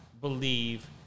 believe